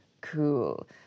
cool